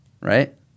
Right